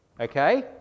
Okay